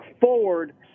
forward